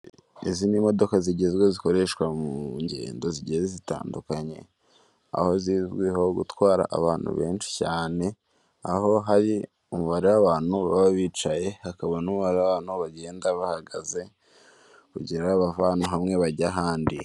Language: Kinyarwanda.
Izi ni modoka zigezweho zikoreshwa mu ngendo zigiye zitandukanye. Aho zizwiho gutwara abantu benshi cyane aho hari umubare w'abantu baba bicaye hakaba n'umubare w'abantu bagenda bahagaze kugira bave ahantu hamwe bajye ahandi.